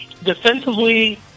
Defensively